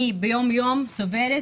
אני ביומיום סובלת,